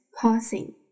pausing